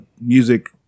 music